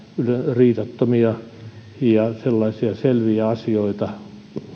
riidattomia ja sellaisia selviä asioita